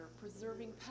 preserving